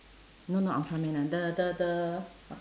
no not ultraman ah the the the